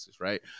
right